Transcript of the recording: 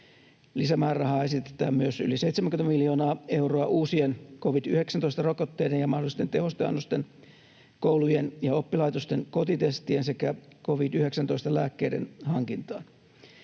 Lisämäärärahaa esitetään myös yli 70 miljoonaa euroa uusien covid-19-rokotteiden ja mahdollisten tehosteannosten, koulujen ja oppilaitosten kotitestien sekä covid-19-lääkkeiden hankintaan.